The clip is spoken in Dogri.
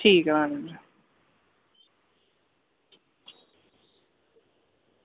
ठीक ऐ मैडम जी